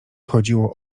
chodziło